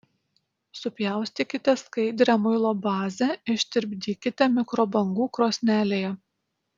supjaustykite skaidrią muilo bazę ištirpdykite mikrobangų krosnelėje